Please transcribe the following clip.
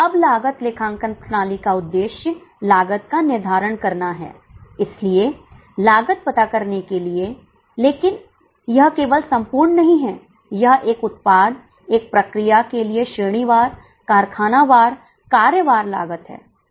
अब लागत लेखांकन प्रणाली का उद्देश्य लागत का निर्धारण करना है इसलिए लागत पता करने के लिए लेकिन यह केवल संपूर्ण नहीं है यह एक उत्पाद एक प्रक्रिया के लिए श्रेणी वार कारखाना वार कार्य वार लागत है